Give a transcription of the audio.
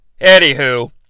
Anywho